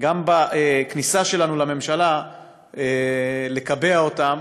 גם בכניסה שלנו לממשלה לקבע אותן,